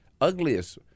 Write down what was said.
ugliest